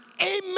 amen